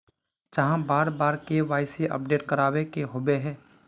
चाँह बार बार के.वाई.सी अपडेट करावे के होबे है?